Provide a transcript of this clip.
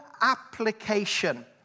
application